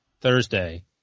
Thursday